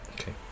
Okay